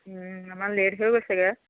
আমাৰ লেট হৈ গৈছেগৈ